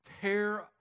Tear